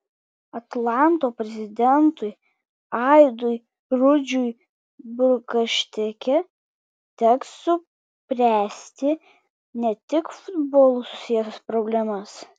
atlanto prezidentui aidui rudžiui bukarešte teks spręsti ne tik su futbolu susijusias problemas